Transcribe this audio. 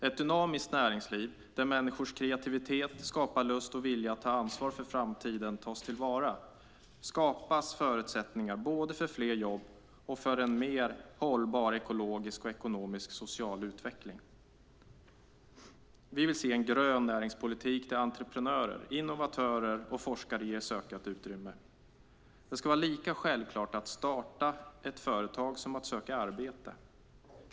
Ett dynamiskt näringsliv där människors kreativitet, skaparlust och vilja att ta ansvar för framtiden tas till vara skapar förutsättningar både för fler jobb och för en mer hållbar ekologisk, ekonomisk och social utveckling. Vi vill se en grön näringspolitik där entreprenörer, innovatörer och forskare ges ökat utrymme. Det ska vara lika självklart att starta företag som att söka arbete.